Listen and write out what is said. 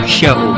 show